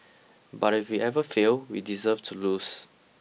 but if we ever fail we deserve to lose